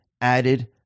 added